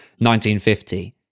1950